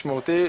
משמעותי,